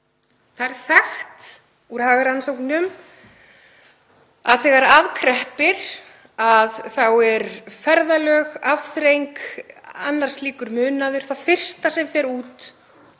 Það er þekkt úr hagrannsóknum að þegar kreppir að þá eru ferðalög, afþreying og annar slíkur munaður það fyrsta sem fer út